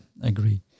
agree